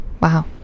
Wow